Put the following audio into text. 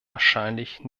wahrscheinlich